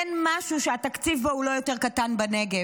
אין משהו שהתקציב בו הוא לא יותר קטן בנגב.